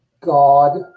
God